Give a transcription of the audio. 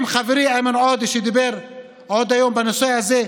וחברי איימן עודה דיבר היום בנושא הזה,